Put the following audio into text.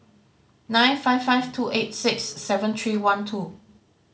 nine five five two eight six seven three one two